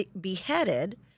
beheaded